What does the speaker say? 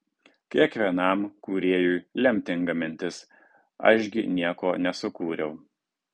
kiekvienam kūrėjui lemtinga mintis aš gi nieko nesukūriau